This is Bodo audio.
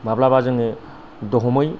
माब्लाबा जोङो दहमै